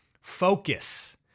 Focus